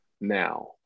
now